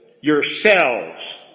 Yourselves